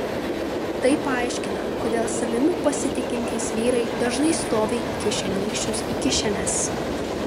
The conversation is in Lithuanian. tai paaiškina kodėl savimi pasitikintys vyrai dažnai stovi įkišę nykščius į kišenes